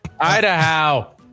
Idaho